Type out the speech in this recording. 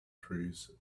trees